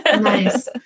nice